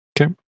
Okay